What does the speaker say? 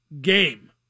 game